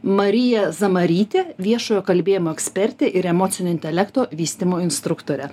marija zamarytė viešojo kalbėjimo ekspertė ir emocinio intelekto vystymo instruktorė